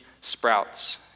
sprouts